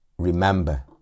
Remember